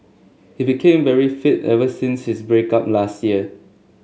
he became very fit ever since his break up last year